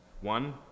One